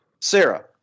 Sarah